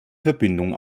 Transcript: verbindung